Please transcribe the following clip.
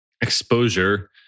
exposure